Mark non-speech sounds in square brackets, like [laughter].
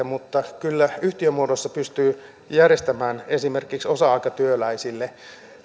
[unintelligible] mutta kyllä yhtiömuodossa pystyy järjestämään esimerkiksi osa aikatyöläisille